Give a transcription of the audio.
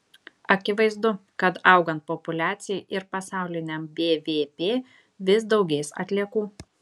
akivaizdu kad augant populiacijai ir pasauliniam bvp vis daugės atliekų